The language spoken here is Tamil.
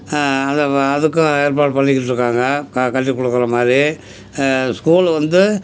அதுவும் அதுக்கும் ஏற்பாடு பண்ணிக்கிட்டு இருக்காங்க கட்டிக் கொடுக்குற மாதிரி ஸ்கூல் வந்து